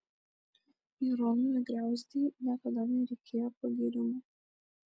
jeronimui griauzdei niekada nereikėjo pagyrimų